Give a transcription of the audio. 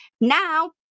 now